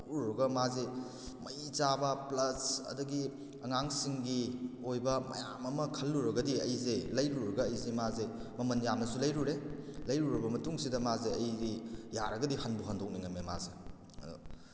ꯂꯧꯔꯨꯔꯒ ꯃꯥꯁꯦ ꯃꯩ ꯆꯥꯕ ꯄ꯭ꯂꯁ ꯑꯗꯒꯤ ꯑꯉꯥꯡꯁꯤꯡꯒꯤ ꯑꯣꯏꯕ ꯃꯌꯥꯝ ꯑꯃ ꯈꯜꯂꯨꯔꯒꯗꯤ ꯑꯩꯁꯦ ꯂꯩꯔꯨꯔꯒ ꯑꯩꯁꯦ ꯃꯥꯁꯦ ꯃꯃꯟ ꯌꯥꯝꯅꯁꯨ ꯂꯩꯔꯨꯔꯦ ꯂꯩꯔꯨꯔꯕ ꯃꯇꯨꯡꯁꯤꯗ ꯃꯥꯁꯦ ꯑꯩꯗꯤ ꯌꯥꯔꯒꯗꯤ ꯍꯟꯕꯨ ꯍꯟꯗꯣꯛꯅꯤꯡꯂꯕꯅꯤ ꯃꯥꯁꯦ ꯑꯗꯣ